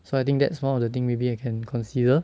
so I think that's one of the thing maybe I can consider